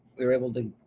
we were able to